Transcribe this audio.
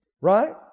Right